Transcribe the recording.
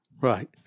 Right